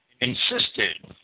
insisted